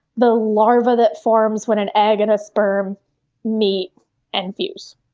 the larva that forms when an egg and a sperm meet and fuse.